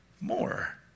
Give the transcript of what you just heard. more